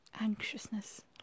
anxiousness